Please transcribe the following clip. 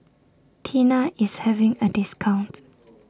Tena IS having A discount